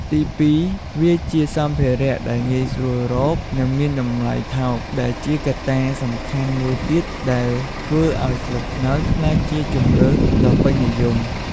ទីពីរ វាជា សម្ភារៈដែលងាយស្រួលរក និងមានតម្លៃថោក ដែលជាកត្តាសំខាន់មួយទៀតដែលធ្វើឲ្យស្លឹកត្នោតក្លាយជាជម្រើសដ៏ពេញនិយម។